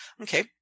Okay